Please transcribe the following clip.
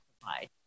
provide